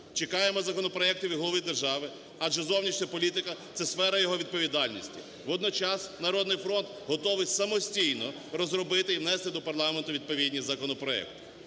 Чекаємо законопроекти від голови держави, адже зовнішня політика - це сфера його відповідальності. Водночас "Народний фронт" готовий самостійно розробити і внести до парламенту відповідний законопроект.